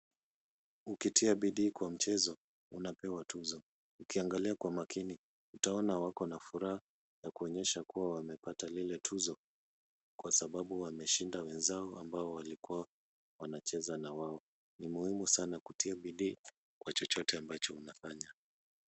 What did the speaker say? Ukitia bidii kwa mchezo unapewa tuzo. Ukiangalia kwa umakini utaona kuwa wana furaha na kuonyesha wamepata lile tuzo kwa sababu wameshinda wenzao ambao walikuwa wanacheza na wao. Ni muhimu sana kutia bidii kwa chochote ambacho unafanya.